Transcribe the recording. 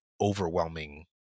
overwhelming